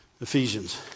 Ephesians